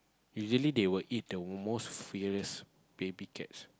usually they will eat the most fearless baby cats